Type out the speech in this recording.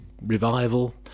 Revival